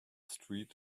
street